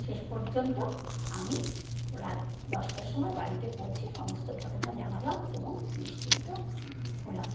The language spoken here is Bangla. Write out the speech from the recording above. শেষ পর্যন্ত আমি রাত দশটার সময় বাড়িতে পৌঁছে সমস্ত ঘটনা জানালাম এবং নিশ্চিন্ত হলাম